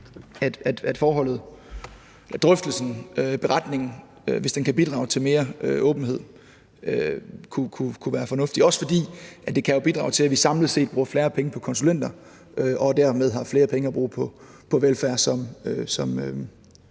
at drøftelsen, beretningen, hvis den kan bidrage til mere åbenhed, kunne være fornuftig. Det er også, fordi det jo kan bidrage til, at vi samlet set bruger færre penge på konsulenter og dermed har flere penge at bruge på velfærd, som